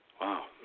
Wow